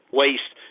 waste